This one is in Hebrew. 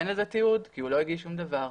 אין לזה תיעוד כי הוא לא הגיש שום דבר.